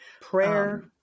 prayer